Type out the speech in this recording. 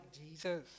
Jesus